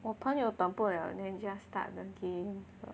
我朋友等不了 then just start the game